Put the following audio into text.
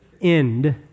end